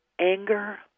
anger